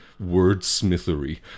wordsmithery